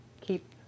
keep